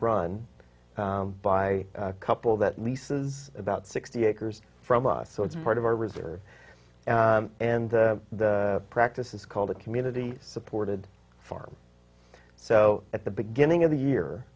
run by a couple that leases about sixty acres from us so it's part of our reserves and the practice is called a community supported farm so at the beginning of the year